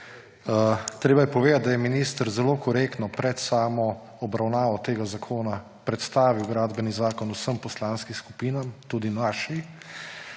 Treba je povedati, da je minister zelo korektno pred samo obravnavo tega zakona predstavil gradbeni zakon vsem poslanskim skupinam, tudi naši.